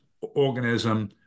organism